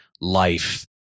life